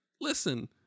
listen